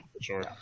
Sure